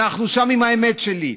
אנחנו שם עם האמת שלי.